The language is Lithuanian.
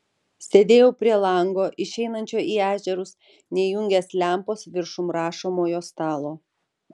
sėdėjau prie lango išeinančio į ežerus neįjungęs lempos viršum rašomojo stalo